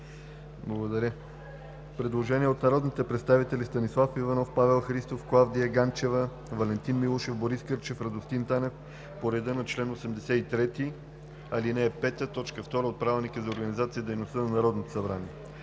ЛЕТИФОВ: Предложение от народните представители Станислав Иванов, Павел Христов, Клавдия Ганчева, Валентин Милушев, Борис Кърчев и Радостин Танев по реда на чл. 83, ал. 5, т. 2 от Правилника за организацията и дейността на Народното събрание.